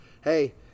hey